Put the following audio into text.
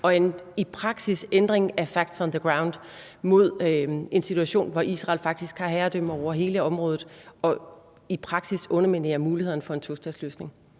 ændring af facts on the ground, mod en situation, hvor Israel faktisk har herredømmet over hele området, og i praksis underminerer mulighederne for en tostatsløsning?